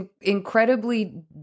incredibly